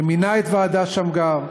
שמינה את ועדת שמגר,